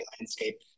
landscape